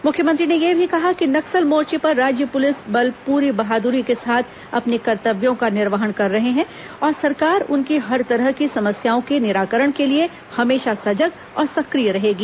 मुख्यमंत्री ने यह भी कहा कि नक्सल मोर्चे पर राज्य पुलिस बल पूरी बहाद्री के साथ अपने कर्त्तव्यों का निर्वहन कर रहे हैं और सरकार उनकी हर तरह की समस्याओं के निराकरण के लिए हमेशा सजग और सक्रिय रहेगी